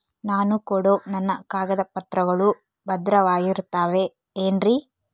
ನಾನು ಕೊಡೋ ನನ್ನ ಕಾಗದ ಪತ್ರಗಳು ಭದ್ರವಾಗಿರುತ್ತವೆ ಏನ್ರಿ?